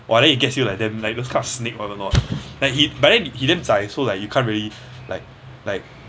!wah! then it gets you like damn those kind of snake or whatever not like he but then he damn zai so like you can't really like like